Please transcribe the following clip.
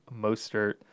Mostert